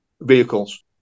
vehicles